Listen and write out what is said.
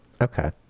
okay